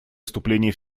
вступления